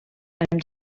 amb